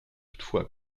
toutefois